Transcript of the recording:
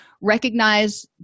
recognize